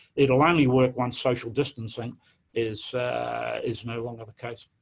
it'll only work once social distancing is is no longer the case.